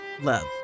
love